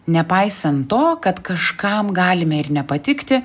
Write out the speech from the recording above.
nepaisant to kad kažkam galime ir nepatikti